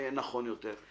נכון יותר,